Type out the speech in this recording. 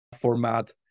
format